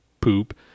poop